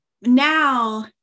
now